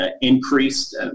increased